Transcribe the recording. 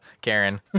Karen